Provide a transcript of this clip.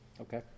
Okay